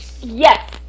Yes